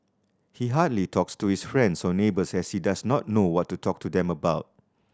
he hardly talks to his friends or neighbours as he does not know what to talk to them about